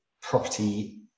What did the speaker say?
property